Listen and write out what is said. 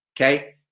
Okay